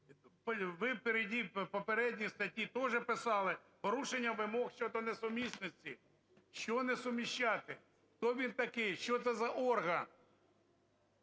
Ви в попередній статті тоже писали: порушення вимог щодо несумісності. Що не суміщати? Хто він такий, що це за орган?